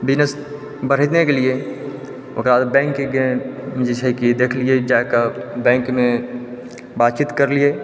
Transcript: business बढ़ेने गेलियै ओकरा बाद बैंकके जे छै कि देखलियै जाकऽ बैंकमे बातचीत करलियै